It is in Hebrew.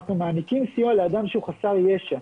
אנחנו מעניקים סיוע לאדם שהוא חסר ישע.